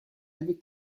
live